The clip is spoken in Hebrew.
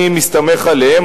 אני מסתמך עליהם,